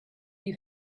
you